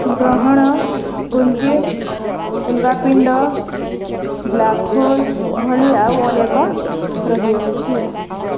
ଗ୍ରହଣ ପୁଞ୍ଜି ଉଲ୍କାପିଣ୍ଡ ବ୍ଲାକ୍ହୋଲ୍ ଭଳି ଆଉ ଅନେକ ରହି ଆସୁଛି